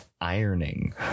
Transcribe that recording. ironing